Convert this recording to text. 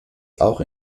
auch